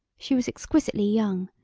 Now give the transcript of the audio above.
she was exquisitely young,